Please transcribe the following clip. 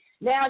now